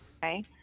Okay